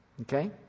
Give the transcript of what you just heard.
Okay